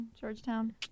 Georgetown